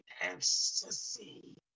ecstasy